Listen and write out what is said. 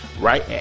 right